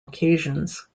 occasions